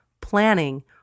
planning